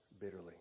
bitterly